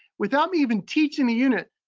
without me even teaching the unit,